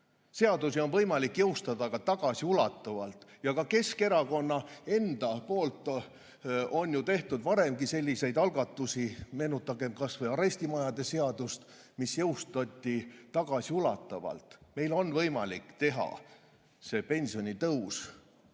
Seadusi on võimalik jõustada tagasiulatuvalt. Ka Keskerakond on ju teinud varemgi selliseid algatusi, meenutagem kas või arestimajade seadust, mis jõustati tagasiulatuvalt. Meil on võimalik teha see pensionitõus